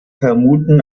vermuten